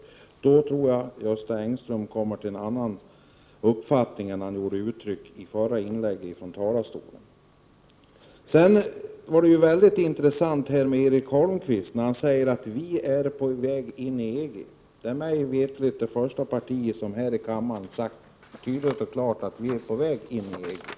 Gör han det tror jag att han kommer till en annan uppfattning än han gav uttryck för i sitt förra inlägg från talarstolen. Det var intressant att Erik Holmkvist sade att vi är på väg in i EG. Moderaterna är därigenom mig veterligt det första parti som här i kammaren tydligt och klart uttalat att vi är på väg in i EG.